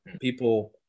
people